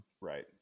Right